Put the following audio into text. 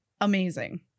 amazing